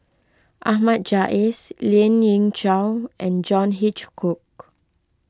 Ahmad Jais Lien Ying Chow and John Hitchcock